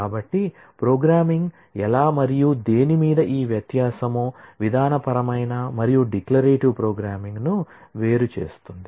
కాబట్టి ప్రోగ్రామింగ్ ఎలా మరియు దేని మధ్య ఈ వ్యత్యాసం విధానపరమైన మరియు డిక్లరేటివ్ ప్రోగ్రామింగ్ను వేరు చేస్తుంది